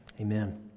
Amen